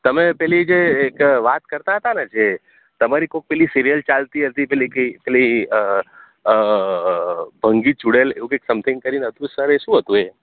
તમે પેલી જે એક વાત કરતા હતા ને જે તમારી કોઈક પેલી સિરિયલ ચાલતી હતી પેલી ભંગી ચૂડેલ એવું કઈક સમથિંગ કરીને હતું સર એ શું હતું સર